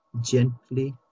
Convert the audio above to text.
gently